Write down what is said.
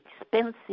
expensive